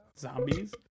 Zombies